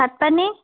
ভাত পানী